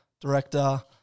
director